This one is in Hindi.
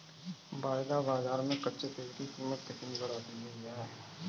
वायदा बाजार में कच्चे तेल की कीमत कितनी बढ़ा दी गई है?